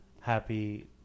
Happy